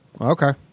Okay